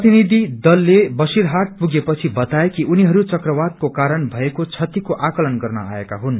प्रतिनिधि दलले बशीरहाट पुगेपछि बताए कि उनीहरू चक्रवाताके कारण भएको क्षतिको आंकलन गर्न आएका हुन्